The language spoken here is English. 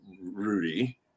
Rudy